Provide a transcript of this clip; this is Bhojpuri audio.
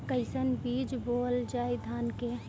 कईसन बीज बोअल जाई धान के?